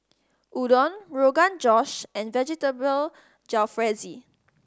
Udon Rogan Josh and Vegetable Jalfrezi